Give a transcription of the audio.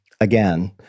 Again